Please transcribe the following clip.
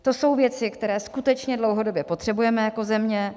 To jsou věci, které skutečně dlouhodobě potřebujeme jako země.